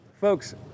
Folks